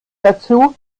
dazu